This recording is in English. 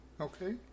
Okay